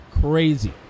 Crazy